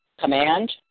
Command